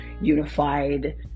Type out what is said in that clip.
unified